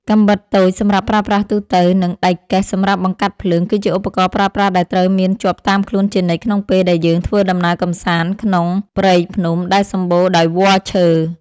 កាំបិតតូចសម្រាប់ប្រើប្រាស់ទូទៅ និង ដែកកេះសម្រាប់បង្កាត់ភ្លើងគឺជាឧបករណ៍ប្រើប្រាស់ដែលត្រូវមានជាប់តាមខ្លួនជានិច្ចក្នុងពេលដែលយើងធ្វើដំណើរកម្សាន្តក្នុងព្រៃភ្នំដែលសម្បូរដោយវល្លិឈើ។